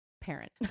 Parent